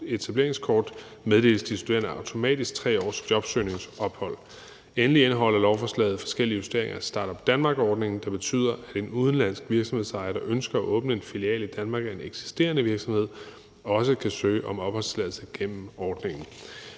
etableringskort meddeles de studerende automatisk 3 års jobsøgningsophold. Endelig indeholder lovforslaget forskellige justeringer af Start-up Denmark-ordningen, der betyder, at en udenlandsk virksomhedsejer, der ønsker at åbne en filial i Danmark af en eksisterende virksomhed, også kan søge om opholdstilladelse gennem ordningen.